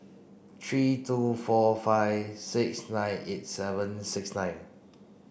three two four five six nine eight seven six nine